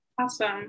Awesome